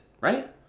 right